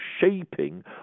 shaping